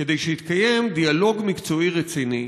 כדי שיתקיים דיאלוג מקצועי ורציני.